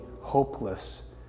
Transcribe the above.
hopeless